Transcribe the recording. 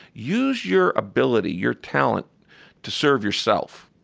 use your ability, your talent to serve yourself.